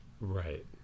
Right